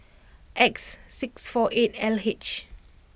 X six four eight L H